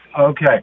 Okay